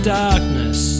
darkness